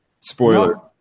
Spoiler